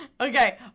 Okay